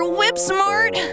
Whipsmart